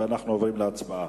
אנחנו עוברים להצבעה.